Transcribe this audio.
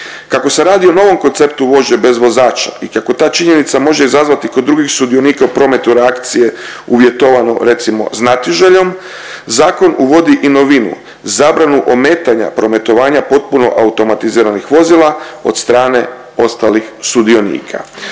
Kako se radi o novom konceptu vožnje bez vozača i kako ta činjenica može izazvati kod drugih sudionika u prometu reakcije uvjetovano recimo znatiželjom, zakon uvodi i novinu zabranu ometanja prometovanja potpuno automatiziranih vozila od strane ostalih sudionika.